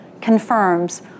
confirms